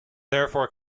therefore